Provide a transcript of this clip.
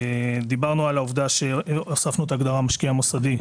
דיברנו על העובדה שהוספנו את ההגדרה משקיע מוסדי,